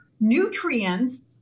nutrients